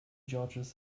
george’s